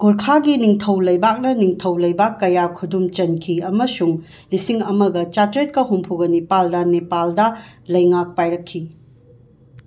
ꯒꯣꯔꯈꯥꯒꯤ ꯅꯤꯡꯊꯧ ꯂꯩꯕꯥꯛꯅ ꯅꯤꯡꯊꯧ ꯂꯩꯕꯥꯛ ꯀꯌꯥ ꯈꯨꯗꯨꯝ ꯆꯟꯈꯤ ꯑꯃꯁꯨꯡ ꯂꯤꯁꯤꯡ ꯑꯃꯒ ꯆꯥꯇ꯭ꯔꯦꯠꯀ ꯍꯨꯝꯐꯨꯒ ꯅꯤꯄꯥꯟꯗ ꯅꯦꯄꯥꯜꯗ ꯂꯩꯉꯥꯛ ꯄꯥꯏꯔꯛꯈꯤ